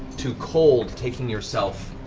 to cold taking yourself.